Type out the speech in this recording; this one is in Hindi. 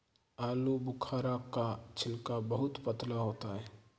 आलूबुखारा का छिलका बहुत पतला होता है